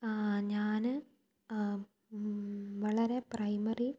ഞാന് വളരെ പ്രൈമറി